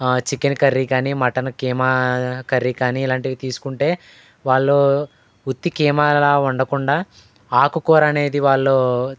chicken curry కానీ mutton keema curry కానీ ఇలాంటివి తీసుకుంటే వాళ్ళు ఉత్తి కీమా లా వండకుండా ఆకుకూర అనేది వాళ్ళు